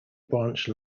branch